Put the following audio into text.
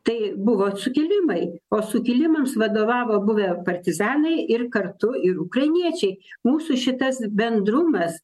tai buvo sukilimai o sukilimams vadovavo buvę partizanai ir kartu ir ukrainiečiai mūsų šitas bendrumas